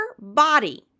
body